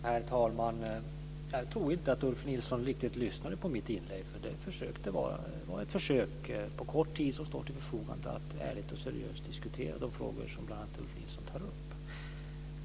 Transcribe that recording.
Herr talman! Jag tror inte att Ulf Nilsson riktigt lyssnade på mitt inlägg. Det var ett försök på den korta tid som står till förfogande att ärligt och seriöst diskutera de frågor som bl.a. Ulf Nilsson tar upp.